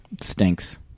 Stinks